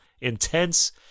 intense